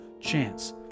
chance